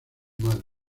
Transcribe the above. madre